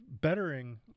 bettering